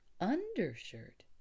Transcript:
undershirt